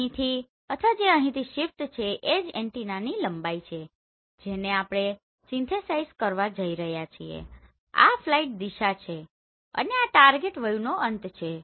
અહીંથી અથવા અહીંની જે શિફ્ટ છે એ જ એન્ટેનાની લંબાઈ છેજેને આપણે સીન્થેસાઇઝ કરવા જઈ રહ્યા છીએ આ ફ્લાઇટ દિશા છે અને આ ટાર્ગેટ વયું નો અંત છે